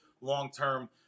long-term